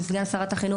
עם סגן שרת החינוך,